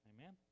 Amen